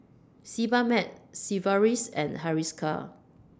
Sebamed Sigvaris and Hiruscar